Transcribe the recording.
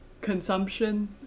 consumption